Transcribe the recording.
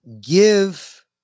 give